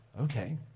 okay